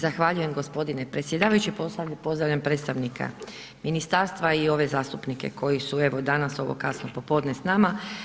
Zahvaljujem gospodine predsjedavajući, posebno pozdravljam predstavnika ministarstva i ove zastupnik koji su evo danas u ovo kasno popodne s nama.